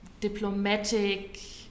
diplomatic